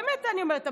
באמת אני אומרת,